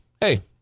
hey